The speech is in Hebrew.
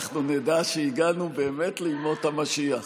אנחנו נדע שהגענו באמת לימות המשיח.